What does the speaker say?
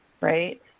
Right